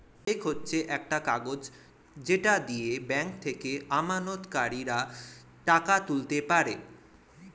check হচ্ছে একটা কাগজ যেটা দিয়ে ব্যাংক থেকে আমানতকারীরা টাকা তুলতে পারে